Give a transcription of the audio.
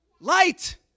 light